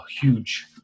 huge